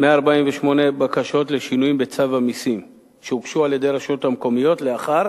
148 בקשות לשינויים בצו המסים שהוגשו על-ידי הרשויות המקומיות לאחר